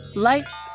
Life